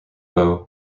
beaux